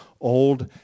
old